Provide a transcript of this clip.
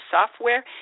Software